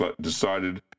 decided